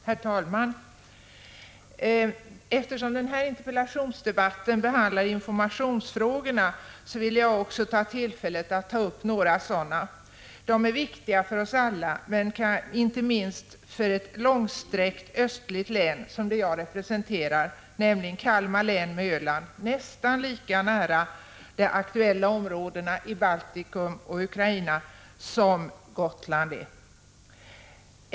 Herr talman! Eftersom den här interpellationsdebatten behandlar informationsfrågorna vill också jag ta tillfället i akt att ta upp några sådana. De är viktiga för alla, och inte minst för oss som bor i ett långsträckt, östligt län som det jag representerar, nämligen Kalmar län med Öland — nästan lika nära de aktuella områdena i Baltikum och Ukraina som Gotland.